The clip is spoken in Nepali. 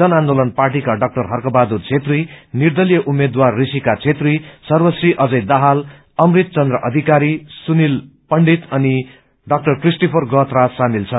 जन आन्दोलन पार्टीका डाक्टर हर्क बहादुर धेत्री निर्देलीय उम्मेद्वार रिषिका धेत्री सर्वश्री अजय दाहाल अमृत चन्द्र अधिकारी सुनिल पण्डित अनि डाक्टर किष्टोफर गहतराज सामेल छन्